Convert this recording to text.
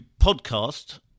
podcast